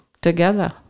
together